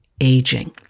aging